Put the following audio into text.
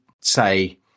say